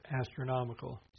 astronomical